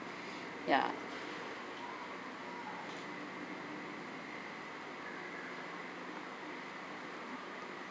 ya